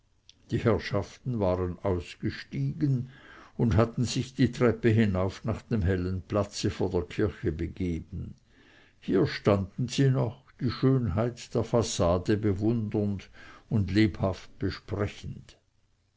die herrschaften waren ausgestiegen und hatten sich die treppe hinauf nach dem hellen platze vor der kirche begeben hier standen sie noch die schönheit der fassade bewundernd und lebhaft besprechend